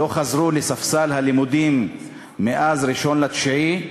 לא חזרו לספסל הלימודים מאז 1 בספטמבר,